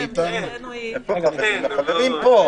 אז יאללה, עניין ראשון להצבעה.